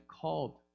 called